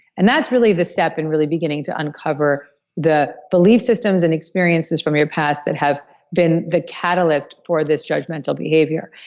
and that's really the step in really beginning to uncover the belief systems and experiences from your past that have been the catalyst for this judgmental behavior.